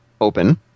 open